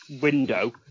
window